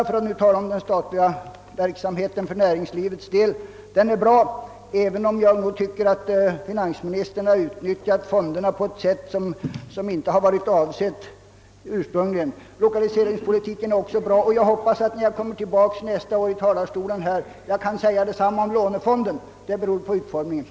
Vad beträffar den statliga verksamheten för att hjälpa näringslivet tycker jag att investeringsfonderna är bra, även om jag anser att finansministern i vissa fall utnyttjat fonderna på ett sätt som ursprungligen inte var avsett. Lokaliseringspolitiken är också bra. Jag hoppas att jag, när jag nästa år står i denna talarstol, skall kunna säga detsamma om lånefonden. Det kommer att bli beroende av hur fonden utformas.